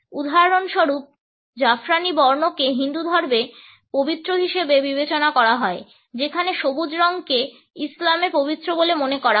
উদাহরণস্বরূপ জাফরানী বর্ণকে হিন্দু ধর্মে পবিত্র হিসাবে বিবেচনা করা হয় যেখানে সবুজ রঙকে ইসলামে পবিত্র বলে মনে করা হয়